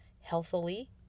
healthily